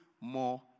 more